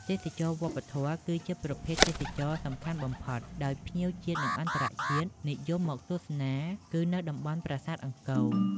ទេសចរណ៍វប្បធម៌ គឺជាប្រភេទទេសចរសំខាន់បំផុត ដោយភ្ញៀវជាតិ និងអន្តរជាតិនិយមមកទស្សនា គឺតំបន់ប្រាសាទអង្គរ។